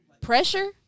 Pressure